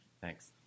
Thanks